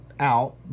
out